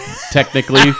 Technically